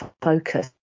focus